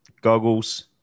goggles